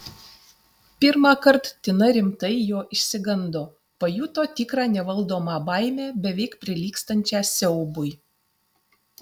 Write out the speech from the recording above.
pirmąkart tina rimtai jo išsigando pajuto tikrą nevaldomą baimę beveik prilygstančią siaubui